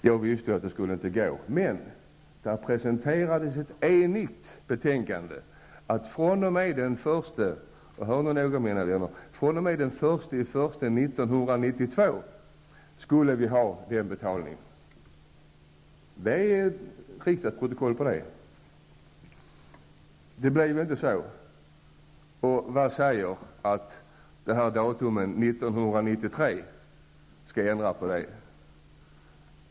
Jag visste att det inte skulle gå, men det presenterades ett enigt betänkande, enligt vilket vi skulle ha den betalningen fr.o.m. den 1 januari 1992. Det finns ett riksdagsbeslut om det. Nu blir det inte så -- och vad säger att det kommer att göras en ändring 1993?